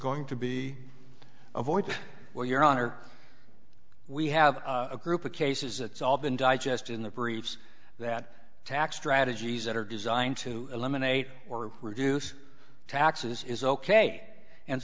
going to be avoided well your honor we have a group of cases it's all been digest in the briefs that tax strategies that are designed to eliminate or reduce taxes is ok and